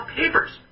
papers